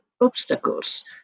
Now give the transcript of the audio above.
obstacles